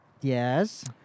Yes